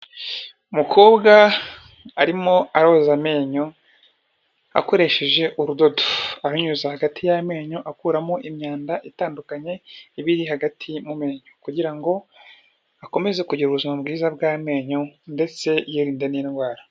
Umukobwa arimo aroza amenyo akoresheje urudodo, arunyuza hagati y'amenyo akuramo imyanda itandukanye iba iri hagati mu menyo kugira ngo akomeze kugira ubuzima bwiza bw'amenyo ndetse yirinde n'indwara.